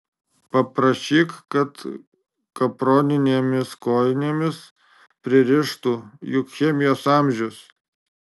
paprašyk kad kaproninėmis kojinėmis pririštų juk chemijos amžius